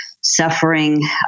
suffering